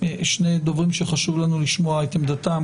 שני דוברים שחשוב לנו לשמוע את עמדתם.